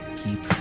keep